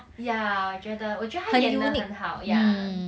ya 我觉得我觉得她演得很好 ya